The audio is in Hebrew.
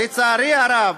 לצערי הרב,